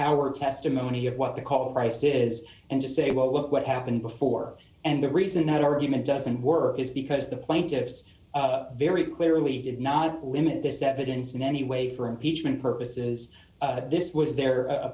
our testimony of what they call the price it is and just say well what happened before and the reason that argument doesn't work is because the plaintiffs very clearly did not limit this evidence in any way for impeachment purposes this was the